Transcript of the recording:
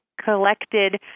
Collected